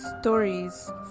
Stories